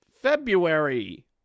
February